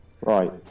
Right